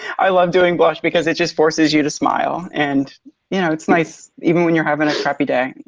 i love doing blush because it just forces you to smile, and you know it's nice even when you're having a crappy day.